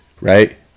right